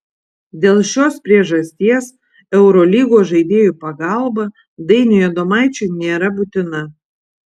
dėl šios priežasties eurolygos žaidėjų pagalba dainiui adomaičiui nėra būtina